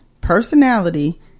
personality